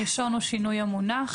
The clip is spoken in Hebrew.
הראשון הוא שינוי המונח